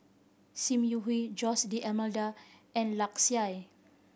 Sim Yi Hui Jose D'Almeida and Lark Sye